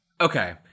Okay